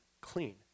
clean